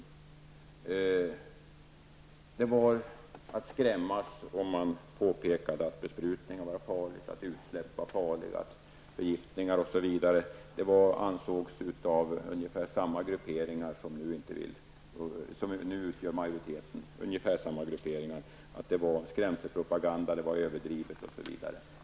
Det hette ju tidigare att det var att skrämmas om man påpekade att besprutning, utsläpp, förgiftningar osv. var farliga saker. Ungefär samma gruppering som den som i dag utgör en majoritet i det här ärendet talade tidigare om skrämselpropaganda, överdrifter osv.